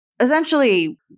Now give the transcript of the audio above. essentially